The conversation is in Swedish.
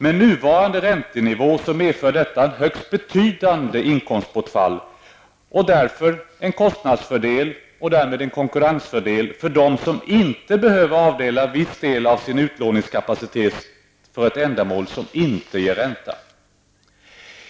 Med nuvarande räntenivå medför detta högst betydande inkomstbortfall och därför en kostnadsfördel och därmed en konkurrensfördel för dem som inte behöver avdela viss del av sin utlåningskapacitet för ett ändamål som inte ger ränta.